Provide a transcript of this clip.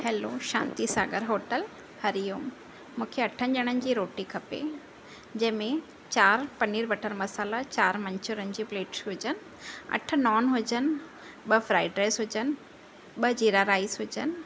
hello Shanti Sagar hotel Hariom मूंखे अठनि ॼणनि जी रोटी खपे जंहिंमें चारि पनीर बटर मसाला चारि मंचुरियन जी प्लेट्स हुजनि अठ नॉन हुजनि ॿ फ्राइड राइस हुजनि ॿ जीरा राइस हुजनि